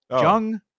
Jung